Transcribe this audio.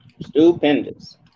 Stupendous